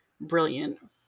brilliant